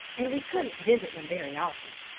and we couldn't visit them very often.